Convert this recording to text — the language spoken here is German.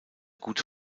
gute